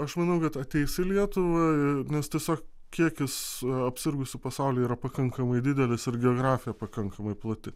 aš manau kad ateis į lietuvą nes tiesiog kiekis apsirgusių pasaulyje yra pakankamai didelis ir geografija pakankamai plati